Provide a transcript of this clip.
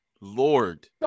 lord